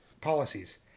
policies